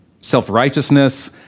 self-righteousness